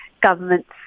government's